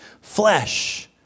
flesh